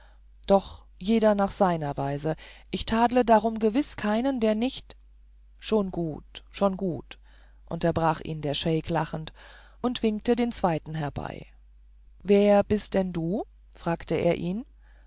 aber jeder nach seiner weise ich tadle darum gewiß keinen der nicht schon gut schon gut unterbrach ihn der scheik lachend und winkte den zweiten herbei wer bist denn du fragte er ihn